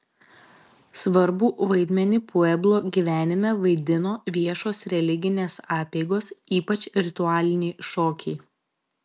svarbų vaidmenį pueblo gyvenime vaidino viešos religinės apeigos ypač ritualiniai šokiai